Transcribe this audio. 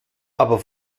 aber